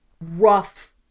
rough